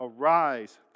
Arise